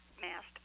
mast